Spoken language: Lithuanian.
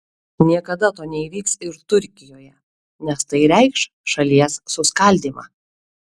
niekada to neįvyks ir turkijoje nes tai reikš šalies suskaldymą